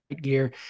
gear